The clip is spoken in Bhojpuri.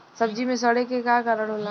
सब्जी में सड़े के का कारण होला?